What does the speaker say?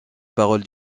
paroles